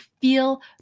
feel